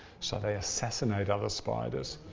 so they assassinate other spiders,